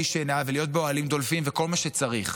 שנה ולהיות באוהלים דולפים וכל מה שצריך,